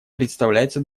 представляется